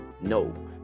No